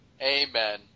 Amen